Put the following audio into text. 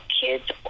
kids